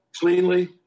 cleanly